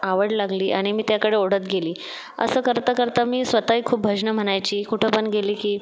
आवड लागली त्याने आणि मी त्याकडे ओढत गेली असं करता करता मी स्वतःही खूप भजनं म्हणायची कुठं पण गेली की